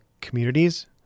communities